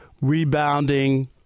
Rebounding